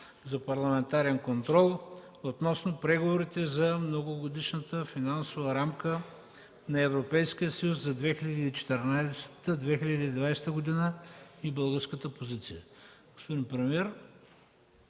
за парламентарен контрол относно преговорите за Многогодишната финансова рамка на Европейския съюз за 2014–2020 г. и българската позиция.